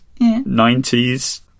90s